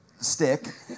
stick